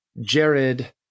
Jared